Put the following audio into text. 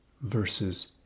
versus